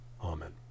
Amen